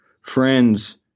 friends